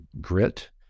grit